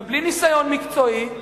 ובלי ניסיון מקצועי,